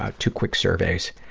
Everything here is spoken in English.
ah two quick surveys.